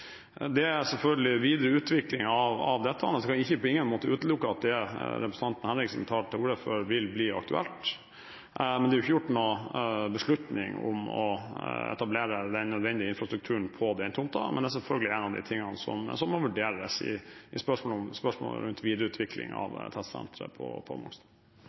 ingen måte utelukke at det representanten Henriksen tar til orde for, vil bli aktuelt, men det er ikke tatt noen beslutning om å etablere den nødvendige infrastrukturen på den tomten. Men det er selvfølgelig en av de tingene som må vurderes i spørsmålet rundt videreutvikling av testsenteret på Mongstad. Vi går da over til spørsmål 7. Dette spørsmålet, fra representanten Hege Haukeland Liadal til kulturministeren, vil bli besvart av kunnskapsministeren på